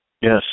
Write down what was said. Yes